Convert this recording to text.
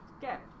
get